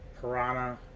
Piranha